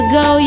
go